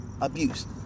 abuse